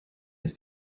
ist